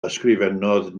ysgrifennodd